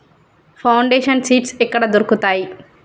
Foundation seeds ఎక్కడ దొరుకుతాయి?